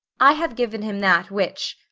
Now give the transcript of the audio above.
i have given him that which,